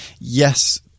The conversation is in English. yes